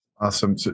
Awesome